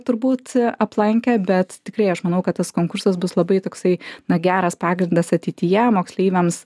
turbūt aplankė bet tikrai aš manau kad tas konkursas bus labai toksai na geras pagrindas ateityje moksleiviams